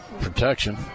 protection